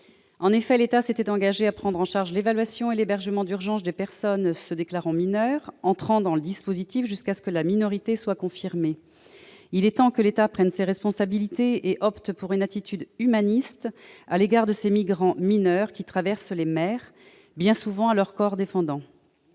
En effet, l'État s'était engagé à prendre en charge l'évaluation et l'hébergement d'urgence des personnes se déclarant mineures entrant dans le dispositif jusqu'à ce que la minorité soit confirmée. Il est temps que l'État prenne ses responsabilités et opte pour une attitude humaniste à l'égard des migrants mineurs qui traversent les mers, bien souvent à leur corps défendant.